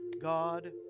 God